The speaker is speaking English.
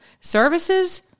Services